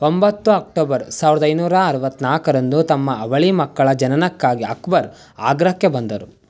ಒಂಬತ್ತು ಅಕ್ಟೋಬರ್ ಸಾವಿರದ ಐನೂರ ಅರುವತ್ತನಾಲ್ಕರಂದು ತಮ್ಮ ಅವಳಿ ಮಕ್ಕಳ ಜನನಕ್ಕಾಗಿ ಅಕ್ಬರ್ ಆಗ್ರಾಕ್ಕೆ ಬಂದರು